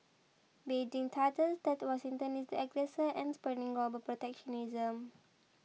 Beijing charges that Washington is the aggressor and spurring global protectionism